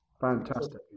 Fantastic